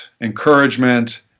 encouragement